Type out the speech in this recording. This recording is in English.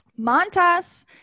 Montas